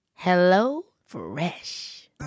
HelloFresh